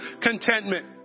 contentment